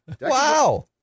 Wow